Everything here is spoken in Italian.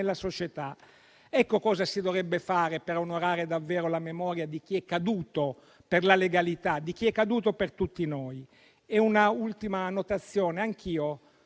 nella società. Ecco cosa si dovrebbe fare per onorare davvero la memoria di chi è caduto per la legalità, di chi è caduto per tutti noi. Un'ultima notazione vorrei